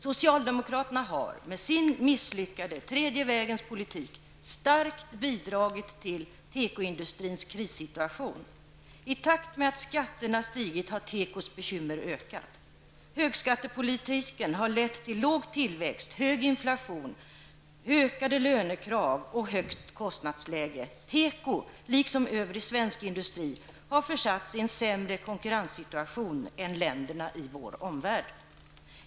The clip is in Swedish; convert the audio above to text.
Socialdemokraterna har med den misslyckade tredje vägens politik starkt bidragit till tekoindustrins krissituation. I takt med att skatterna stigit har tekos bekymmer ökat. Högskattepolitiken har lett till låg tillväxt, hög inflation, ökade lönekrav och högt kostnadsläge. Teko, liksom övrig svensk industri, har försatts i en sämre konkurrenssituation än länderna i vår omvärld.